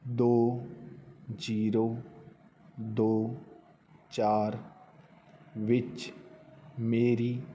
ਦੋ ਜ਼ੀਰੋ ਦੋ ਚਾਰ ਵਿੱਚ ਮੇਰੀ